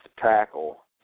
tackle